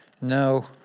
No